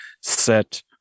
Set